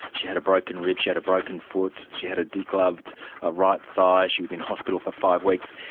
she had a broken rib, she had a broken foot, she had a de-gloved ah right thigh, she was in hospital for five weeks.